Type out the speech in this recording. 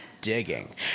digging